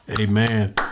Amen